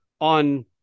on